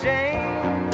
Jane